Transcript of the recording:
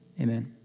Amen